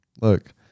Look